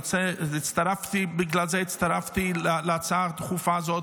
בגלל זה הצטרפתי להצעה הדחופה הזאת.